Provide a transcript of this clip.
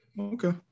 Okay